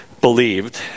believed